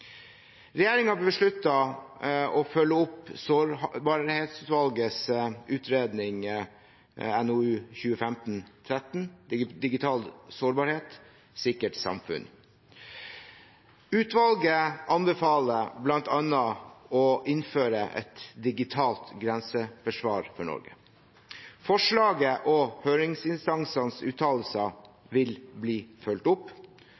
å følge opp Sårbarhetsutvalgets utredning NOU 2015:13 Digital sårbarhet – sikkert samfunn. Utvalget anbefaler bl.a. å innføre et digitalt grenseforsvar for Norge. Forslaget og høringsinstansenes uttalelser vil bli fulgt opp,